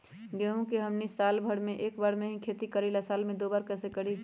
गेंहू के हमनी साल भर मे एक बार ही खेती करीला साल में दो बार कैसे करी?